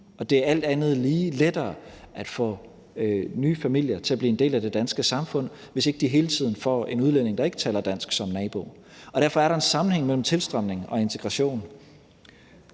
det er alt andet lige lettere at få nye familier til at blive en del af det danske samfund, hvis ikke de hele tiden får en udlænding, som ikke taler dansk, som nabo, og derfor er der en sammenhæng mellem tilstrømning og integration.